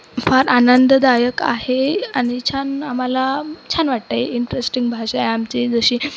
फार आनंददायक आहे आणि छान आम्हाला छान वाटतं आहे इंटरेस्टिंग भाषा आहे आमची जशी